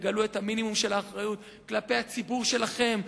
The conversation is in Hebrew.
תגלו מינימום של אחריות כלפי הציבור שלכם,